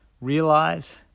realize